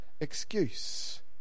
excuse